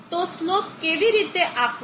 તો સ્લોપ કેવી રીતે આપવો